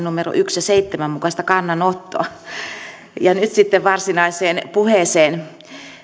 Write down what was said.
numero yksi ja seitsemän mukaista kannanottoa ja nyt sitten varsinaiseen puheeseen